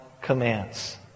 commands